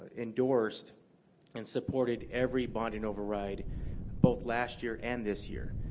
endorsed and supported every bonding override both last year and this year.